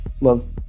love